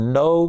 no